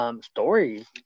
stories